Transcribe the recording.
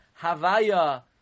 Havaya